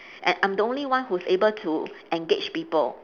and I'm the only one who's able to engage people